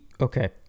okay